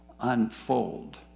unfold